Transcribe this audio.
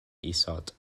isod